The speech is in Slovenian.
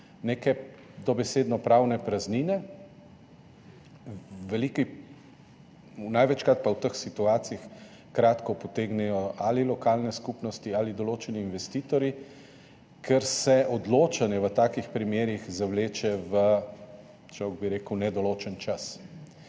neke dobesedno pravne praznine. Največkrat pa v teh situacijah kratko potegnejo lokalne skupnosti ali določeni investitorji, ker se odločanje v takih primerih zavleče v, človek bi rekel, nedoločen čas.